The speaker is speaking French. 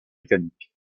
mécanique